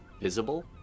visible